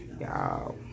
Y'all